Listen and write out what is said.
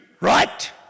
Right